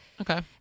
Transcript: Okay